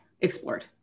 explored